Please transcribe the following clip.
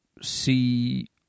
See